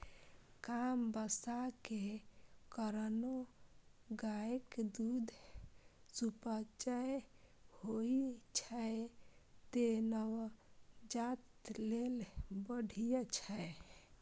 कम बसा के कारणें गायक दूध सुपाच्य होइ छै, तें नवजात लेल बढ़िया छै